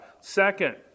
Second